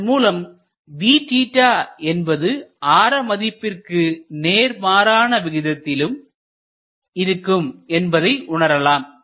இதன் மூலம் என்பது ஆர மதிப்பிற்கு நேர்மாறான விகிதத்தில் இருக்கும் என்பதை உணரலாம்